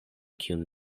kiun